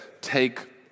take